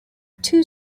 two